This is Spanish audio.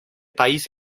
país